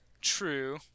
True